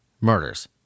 murders